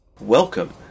Welcome